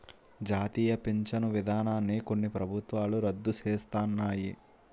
జాతీయ పించను విధానాన్ని కొన్ని ప్రభుత్వాలు రద్దు సేస్తన్నాయి